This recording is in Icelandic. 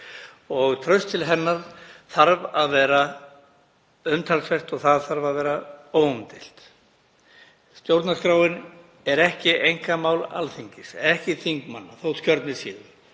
Traust til hennar þarf að vera umtalsvert og þarf að vera óumdeilt. Stjórnarskráin er ekki einkamál Alþingis, ekki þingmanna, þótt kjörnir séu.